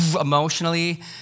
emotionally